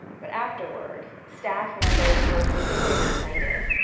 but afterward, staff members were visibly excited.